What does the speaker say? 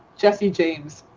jesse james.